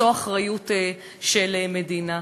זו אחריות של מדינה.